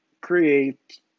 create